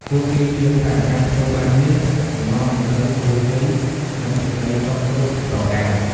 ពួកគេជឿថាការធ្វើបែបនេះ នឹងនាំមកនូវពរជ័យ និងសេចក្តីសុខគ្រប់ប្រការ។